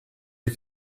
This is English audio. you